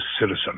Citizen